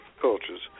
cultures